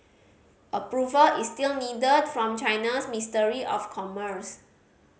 approval is still needed from China's ministry of commerce